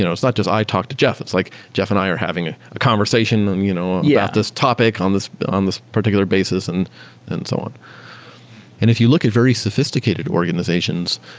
you know it's not just i talk to jeff, it's like jeff and i are having a conversation about you know yeah this topic on this on this particular basis and and so on and if you look at very sophisticated organizations,